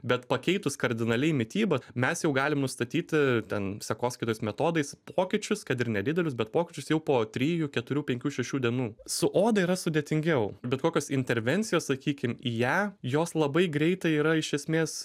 bet pakeitus kardinaliai mitybą mes jau galim nustatyti ten sekoskaitos metodais pokyčius kad ir nedidelius bet pokyčius jau po trijų keturių penkių šešių dienų su oda yra sudėtingiau bet kokios intervencijos sakykim į ją jos labai greitai yra iš esmės